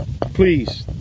Please